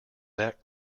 that